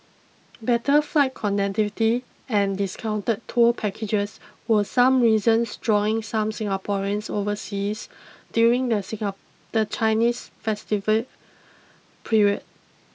better flight connectivity and discounted tour packages were some reasons drawing some Singaporeans overseas during the the Chinese festival period